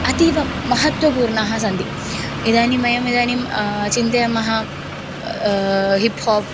अतीवमहत्त्वपूर्णाः सन्ति इदानीं वयम् इदानीं चिन्तयामः हिप् हाप्